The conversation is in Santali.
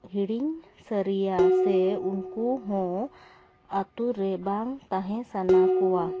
ᱦᱤᱲᱤᱧ ᱥᱟᱹᱨᱤᱭᱟ ᱥᱮ ᱩᱱᱠᱚᱦᱚᱸ ᱟᱛᱳ ᱨᱮ ᱵᱟᱝ ᱛᱟᱦᱮᱸ ᱥᱟᱱᱟ ᱠᱚᱣᱟ